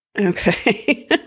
Okay